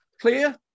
clear